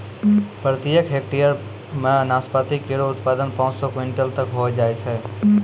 प्रत्येक हेक्टेयर म नाशपाती केरो उत्पादन पांच सौ क्विंटल तक होय जाय छै